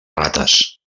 rates